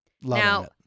Now